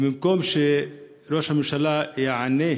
ובמקום שראש הממשלה יענה